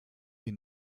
wir